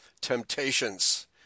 temptations